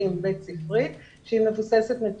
חומרים שיצאו בעברית.